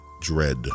Dread